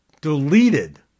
deleted